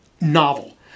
novel